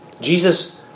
Jesus